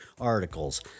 articles